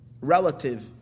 relative